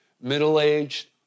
middle-aged